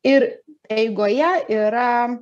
ir eigoje yra